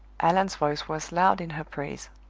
allan's voice was loud in her praise.